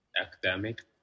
academic